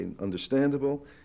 understandable